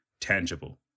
tangible